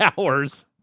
hours